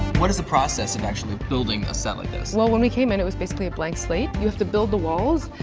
what is the process of actually building a set like this? well, when we came in it was basically a blank slate. you have to build the walls,